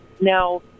Now